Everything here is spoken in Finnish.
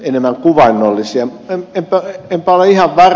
enpä ole ihan varma mutta ed